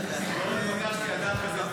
רגע.